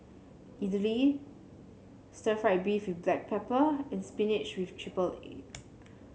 idly Stir Fried Beef with Black Pepper and spinach with triple egg